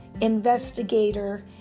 investigator